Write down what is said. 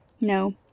No